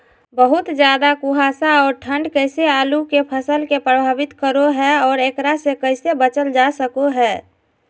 बहुत ज्यादा कुहासा और ठंड कैसे आलु के फसल के प्रभावित करो है और एकरा से कैसे बचल जा सको है?